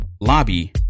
Lobby